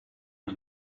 and